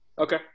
Okay